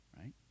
right